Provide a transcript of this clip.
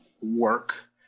work